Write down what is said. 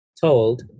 told